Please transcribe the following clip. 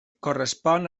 correspon